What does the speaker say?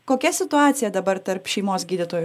kokia situacija dabar tarp šeimos gydytojų